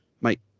mate